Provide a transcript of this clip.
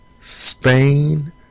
Spain